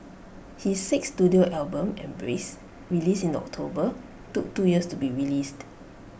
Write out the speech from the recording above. his sixth Studio album embrace released in October took two years to be released